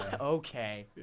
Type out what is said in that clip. Okay